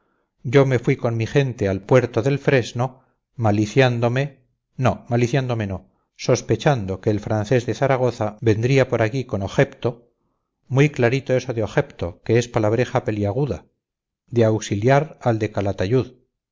yo me fui con mi gente al puerto del fresno mali no maliciándome no sospechando que el francés de zaragoza vendría por allí con ojepto muy clarito eso de ojepto que es palabreja peliaguda de auxiliar al de calatayud